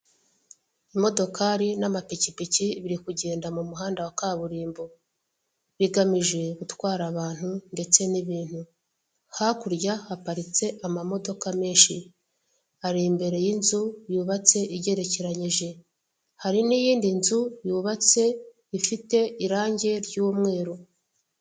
Imodokari n'amapikipiki biri kugenda mu muhanda wa kaburimbo. Bigamije gutwara abantu ndetse n'ibintu. Hakurya haparitse amamodoka menshi. Ari imbere y'inzu yubatse igerekerenyije. Hari n'iyindi nzu yubatse ifite irange ry'umweru.